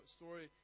story